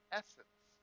essence